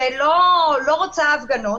שלא רוצה הפגנות,